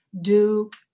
Duke